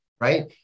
right